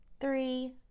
three